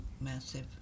massive